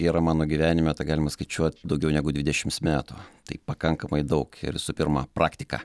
yra mano gyvenime tai galima skaičiuot daugiau negu dvidešims metų tai pakankamai daug ir visų pirma praktika